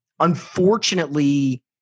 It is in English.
unfortunately